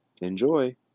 Enjoy